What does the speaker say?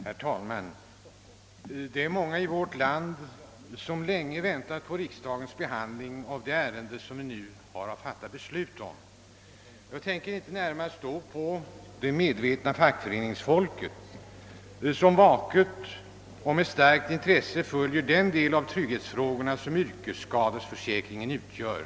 Herr talman! Det är många i vårt land som länge väntat på riksdagens behandling av det ärende som vi nu har att fatta beslut om. Jag tänker då inte närmast på det socialt medvetna fackföreningsfolket som vaket och med stort intresse följer den del av trygghetsfrågorna som <:yrkesskadeförsäkringen utgör.